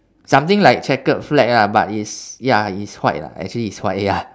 something like checkered flag lah but is ya it is white lah actually it's white ya